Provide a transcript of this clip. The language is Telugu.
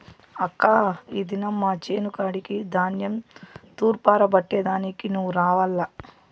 అక్కా ఈ దినం మా చేను కాడికి ధాన్యం తూర్పారబట్టే దానికి నువ్వు రావాల్ల